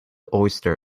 oyster